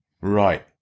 Right